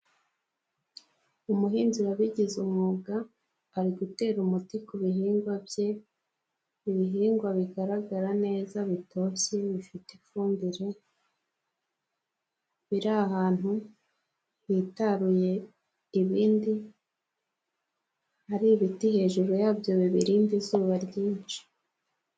Umuhinzi wabigize umwuga ari gutera umuti ku bihingwa bye. Ibihingwa bigaragara neza bitoshye bifite ifumbire. Biri ahantu hitaruye ibindi, hari ibiti hejuru yabyo bibirinda izuba ryinshi.